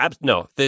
no